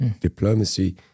diplomacy